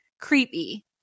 creepy